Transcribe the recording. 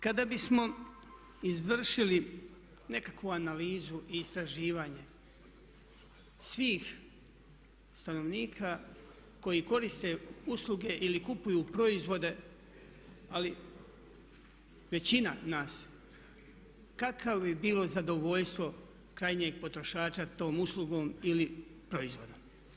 Kada bismo izvršili nekakvu analizu i istraživanje svih stanovnika koji koriste usluge ili kupuju proizvode ali većina nas kakvo bi bilo zadovoljstvo krajnjeg potrošača tom uslugom ili proizvodom?